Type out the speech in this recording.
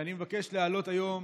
אני מבקש להעלות היום,